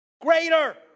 Greater